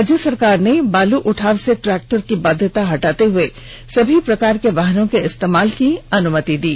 राज्य सरकार ने बालू उठाव से ट्रैक्टर की बाध्यता हटाते हुए सभी प्रकार के वाहनों के इस्तेमाल की अनुमति दी